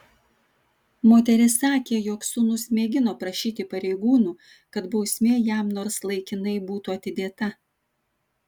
moteris sakė jog sūnus mėgino prašyti pareigūnų kad bausmė jam nors laikinai būtų atidėta